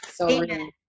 Amen